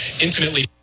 intimately